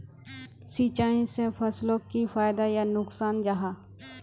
सिंचाई से फसलोक की फायदा या नुकसान जाहा?